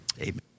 amen